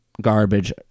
garbage